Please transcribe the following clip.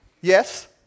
Yes